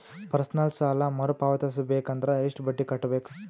Personal ಸಾಲ ಮರು ಪಾವತಿಸಬೇಕಂದರ ಎಷ್ಟ ಬಡ್ಡಿ ಕಟ್ಟಬೇಕು?